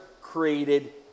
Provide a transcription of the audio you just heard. created